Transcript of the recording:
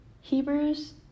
Hebrews